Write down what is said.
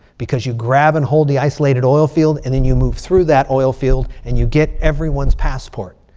because you grab and hold the isolated oil field. and then you move through that oil field. and you get everyone's passport.